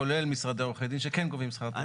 כולל משרדי עורכי דין שכן גובים שכר טרחה.